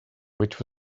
which